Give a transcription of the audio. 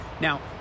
Now